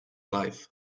life